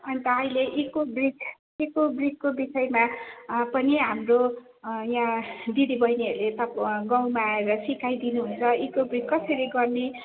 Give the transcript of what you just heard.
अन्त अहिले इकोब्रिक इकोब्रिकको विषयमा पनि हाम्रो यहाँ दिदीबहिनीहरूले गाउँमा आएर सिकाइदिनुहुन्छ इकोब्रिक कसरी गर्ने